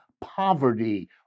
poverty